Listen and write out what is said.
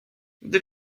gdy